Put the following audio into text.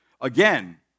Again